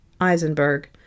Eisenberg